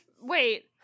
wait